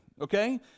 okay